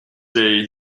day